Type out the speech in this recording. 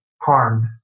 harmed